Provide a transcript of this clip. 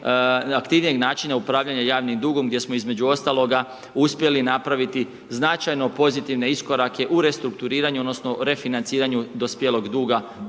aktivnijeg načina upravljanja javnim dugom gdje smo između ostaloga uspjeli napraviti značajno pozitivne iskorake u restrukturiranju odnosno refinanciranju dospjelog duga